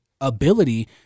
ability